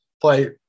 play